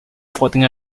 flooding